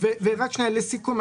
לסיכום,